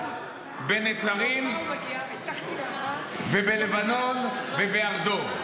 בנצרים ובלבנון ובהר דב.